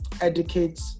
educate